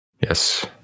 Yes